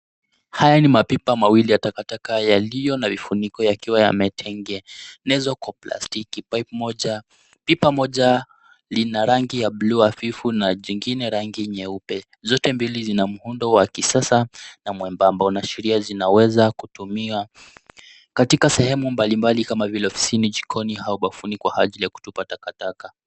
Haya ni mapipa mawili ya takataka yaliyo na vifuniko yakiwa yametengenezwa kwa platiki. Pipe moja, pipa moja lina rangi ya bluu hafifu, na jingine, rangi nyeupe. Zote mbili zina muundo wa kisasa, na mwembamba, unaashiria zinaweza kutumiwa katika sehemu mbalimbali kama vile ofisini, jikoni, au bafuni, kwa akili ya kutupa takataka.